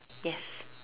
yes